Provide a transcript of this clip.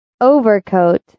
overcoat